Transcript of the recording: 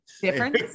different